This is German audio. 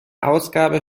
ausgabe